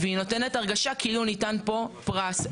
והיא נותנת הרגשה כאילו ניתן פה פרס.